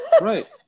Right